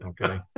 okay